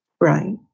Right